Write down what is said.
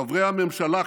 חברי הממשלה,